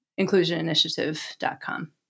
inclusioninitiative.com